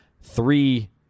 three